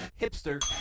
Hipster